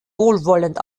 wohlwollend